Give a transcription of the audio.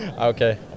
Okay